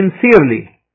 sincerely